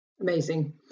Amazing